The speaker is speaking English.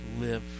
live